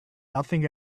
nothing